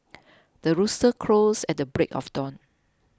the rooster crows at the break of dawn